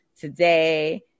today